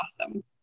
awesome